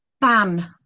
ban